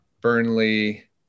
Burnley